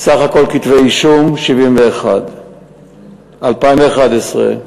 סך כל כתבי האישום, 71. ב-2011,